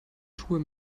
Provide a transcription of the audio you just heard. schuhe